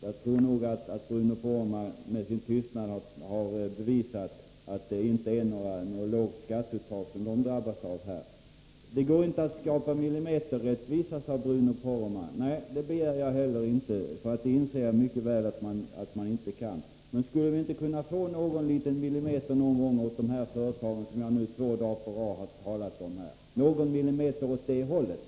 Jag förmodar att Bruno Poromaa med sin tystnad har bevisat att det inte är något lågt skatteuttag som de drabbas av. Det går inte att skapa millimeterrättvisa, sade Bruno Poromaa. Nej, det begär jag inte heller. Jag inser mycket väl att man inte kan göra det. Men skulle inte dessa företagare, som jag nu i två dagar talat om, någon gång kunna få någon enda millimeter?